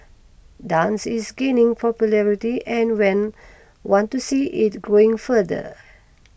dance is gaining popularity and when want to see it growing further